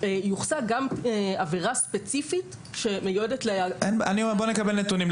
יוחסה גם עבירה ספציפית שמיועדת --- בואו נקבל נתונים.